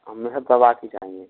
हमें सर तवा की चाहिए